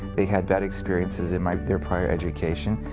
they had bad experiences in like their prior education.